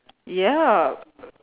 ya